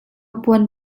puan